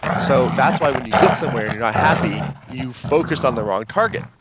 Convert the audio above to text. so that's why when you get somewhere and you're not happy, you focused on the wrong target